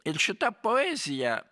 ir šita poezija